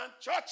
church